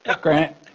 Grant